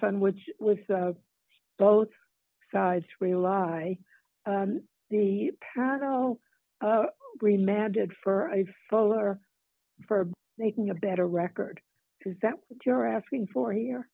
sandwich with both sides rely on the patio green madjid for a filler for making a better record is that what you're asking for here